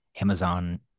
Amazon